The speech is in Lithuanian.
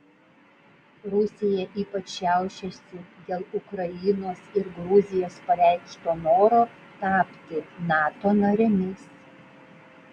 rusija ypač šiaušiasi dėl ukrainos ir gruzijos pareikšto noro tapti nato narėmis